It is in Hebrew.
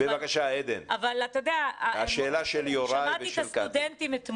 אבל שמעתי אתמול את הסטודנטים,